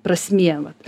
prasmė vat